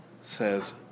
says